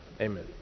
Amen